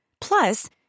Plus